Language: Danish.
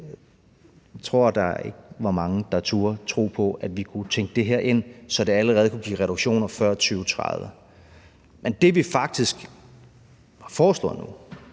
Jeg tror ikke, der var mange, der turde tro på, at vi kunne tænke det her ind, så det allerede kunne give reduktioner før 2030. Men det, vi faktisk foreslår nu,